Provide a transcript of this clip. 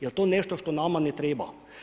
Jel' to nešto što nama ne treba?